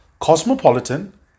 cosmopolitan